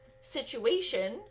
situation